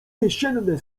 jesienne